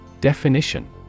Definition